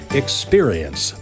experience